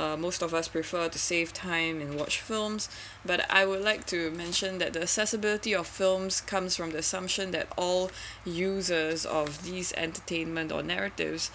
uh most of us prefer to save time in watch films but I would like to mention that the accessibility of films comes from the assumption that all users of these entertainment or narratives